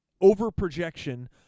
over-projection